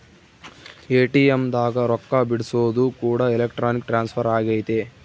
ATM ದಾಗ ರೊಕ್ಕ ಬಿಡ್ಸೊದು ಕೂಡ ಎಲೆಕ್ಟ್ರಾನಿಕ್ ಟ್ರಾನ್ಸ್ಫರ್ ಅಗೈತೆ